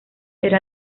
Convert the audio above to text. era